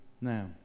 now